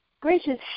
Gracious